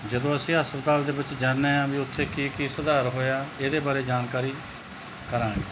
ਜਦੋਂ ਅਸੀਂ ਹਸਪਤਾਲ ਦੇ ਵਿੱਚ ਜਾਂਦੇ ਹਾਂ ਵੀ ਉੱਥੇ ਕੀ ਕੀ ਸੁਧਾਰ ਹੋਇਆ ਇਹਦੇ ਬਾਰੇ ਜਾਣਕਾਰੀ ਕਰਾਂਗੇ